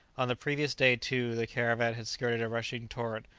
on the previous day, too, the caravan had skirted a rushing torrent,